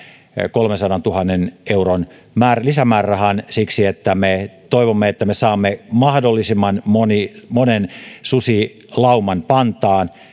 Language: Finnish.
kolmensadantuhannen euron lisämäärärahan siksi että me toivomme että me saamme mahdollisimman monta susilaumaa pantaan